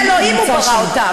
בצלם אלוהים הוא ברא אותם.